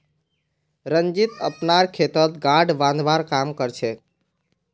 रंजीत अपनार खेतत गांठ बांधवार काम कर छेक